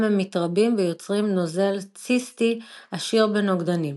הם מתרבים ויוצרים נוזל ציסטי עשיר בנוגדנים.